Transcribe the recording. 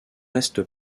reste